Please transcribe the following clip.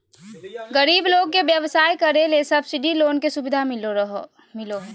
गरीब लोग के व्यवसाय करे ले सब्सिडी लोन के सुविधा मिलो हय